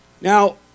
Now